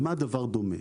למה הדבר דומה?